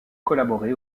collaboré